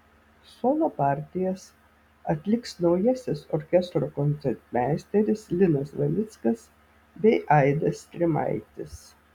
solo partijas atliks naujasis orkestro koncertmeisteris linas valickas bei aidas strimaitis